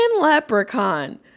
leprechaun